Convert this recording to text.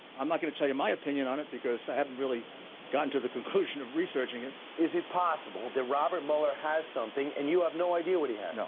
i'm not going to tell you my opinion on it because i haven't really gotten to the conclusion of researching it. is it possible that robert mueller has something and you have no idea what he has? no.